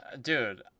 dude